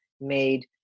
made